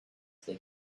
they